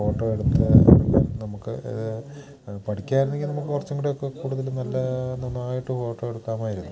photo എടുത്ത് നമുക്ക് പഠിക്കായിരുന്നെങ്കിൽ നമുക്ക് കുറച്ചുംകൂടെ ഒക്കെ കൂടുതലും നല്ല നന്നായിട്ട് ഫോട്ടോ എടുക്കാമായിരുന്നു